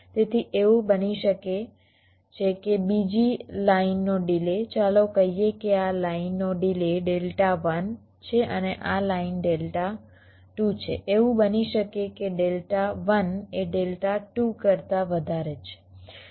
તેથી એવું બની શકે છે કે બીજી લાઇનનો ડિલે ચાલો કહીએ કે આ લાઇનનો ડિલે ડેલ્ટા 1 છે અને આ લાઇન ડેલ્ટા 2 છે એવું બની શકે કે ડેલ્ટા 1 એ ડેલ્ટા 2 કરતા વધારે છે